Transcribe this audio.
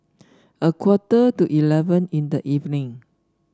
a quarter to eleven in the evening